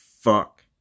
fuck